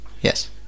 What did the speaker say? Yes